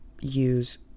use